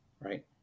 Right